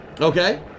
Okay